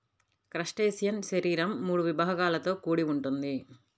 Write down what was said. crustacean శరీరం మూడు విభాగాలతో కూడి ఉంటుంది